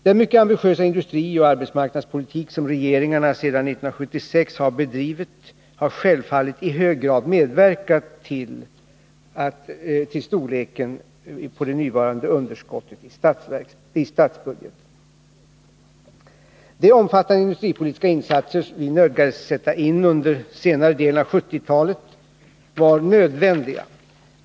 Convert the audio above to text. Den mycket ambitiösa industrioch arbetsmarknadspolitik som regeringarna sedan 1976 har bedrivit har självfallet i hög grad medverkat till storleken på det nuvarande underskottet i statsbudgeten. De omfattande industripolitiska insatser vi nödgades sätta in under senare delen av 1970-talet var nödvändiga.